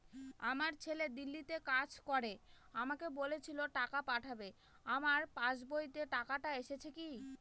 আমার ছেলে দিল্লীতে কাজ করে আমাকে বলেছিল টাকা পাঠাবে আমার পাসবইতে টাকাটা এসেছে কি?